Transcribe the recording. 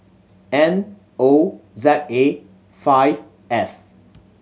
N O Z A five F